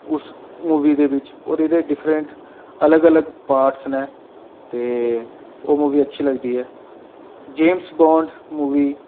उस मूवी दे बिच और एह्दे डिफ्रैंट अलग अलग पार्ट न ते ओह् मूवी अच्छी लगदी ऐ जेम्स पांड मूवी